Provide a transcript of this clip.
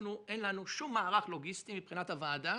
לנו אין שום מערך לוגיסטי מבחינת הוועדה.